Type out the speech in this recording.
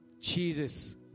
Jesus